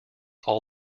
all